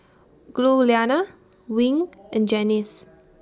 Giuliana Wing and Janice